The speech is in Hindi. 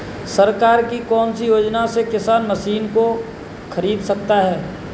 सरकार की कौन सी योजना से किसान मशीनों को खरीद सकता है?